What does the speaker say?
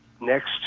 next